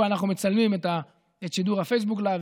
אנחנו מצלמים את שידור הפייסבוק לייב.